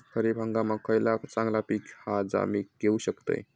खरीप हंगामाक खयला चांगला पीक हा जा मी घेऊ शकतय?